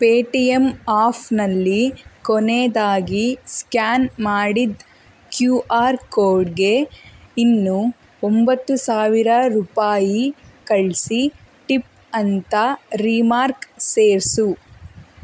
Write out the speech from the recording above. pay T M ಆಫ್ನಲ್ಲಿ ಕೊನೇದಾಗಿ scan ಮಾಡಿದ ಕ್ಯೂ ಆರ್ ಕೋಡ್ಗೆ ಇನ್ನೂ ಒಂಬತ್ತು ಸಾವಿರ ರೂಪಾಯಿ ಕಳಿಸಿ ಟಿಪ್ ಅಂತ ರಿಮಾರ್ಕ್ ಸೇರಿಸು